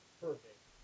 perfect